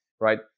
right